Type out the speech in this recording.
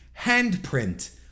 handprint